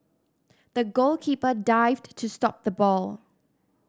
the goalkeeper dived to stop the ball